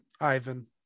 Ivan